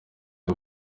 ngo